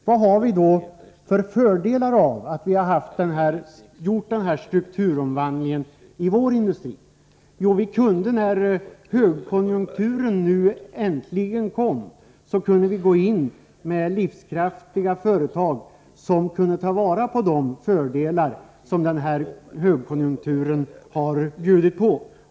Vad har vi då för fördelar av att vi har gjort denna strukturomvandling i vår industri? Jo, när högkonjunkturen äntligen kom kunde vi gå in i den med livskraftiga företag, som kunde ta vara på de fördelar högkonjunkturen har bjudit på.